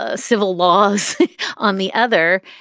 ah civil law so on the other,